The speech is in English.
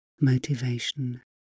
motivation